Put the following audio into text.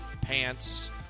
pants